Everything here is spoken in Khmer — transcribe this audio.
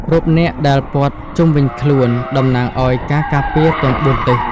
រូបនាគដែលព័ទ្ធជុំវិញខ្លួន តំណាងឱ្យការការពារទាំងបួនទិស។